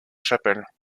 chapelle